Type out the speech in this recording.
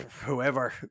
whoever